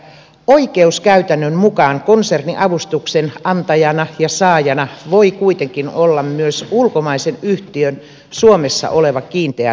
ministeri jatkaa että oikeuskäytännön mukaan konserninavustuksen antajana ja saajana voi kuitenkin olla myös ulkomaisen yhtiön suomessa oleva kiinteä toimipaikka